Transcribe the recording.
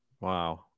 Wow